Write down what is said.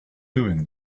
doing